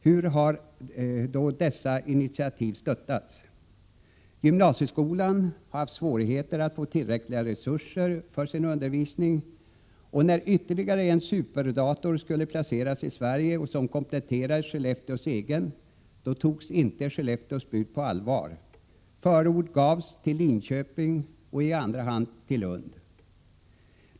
Hur har då dessa initiativ stöttats? Gymnasieskolan har haft svårigheter att få tillräckliga resurser för sin undervisning, och när ytterligare en superdator skulle placeras i Sverige för att komplettera Skellefteås egen togs inte Skellefteås bud på allvar. Förord gavs till Linköping, och i andra hand till Lund.